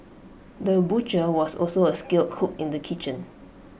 the butcher was also A skilled cook in the kitchen